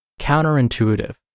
counterintuitive